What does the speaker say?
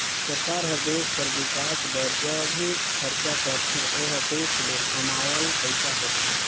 सरकार हर देस कर बिकास बर ज भी खरचा करथे ओहर टेक्स ले कमावल पइसा होथे